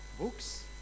books